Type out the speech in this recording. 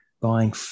buying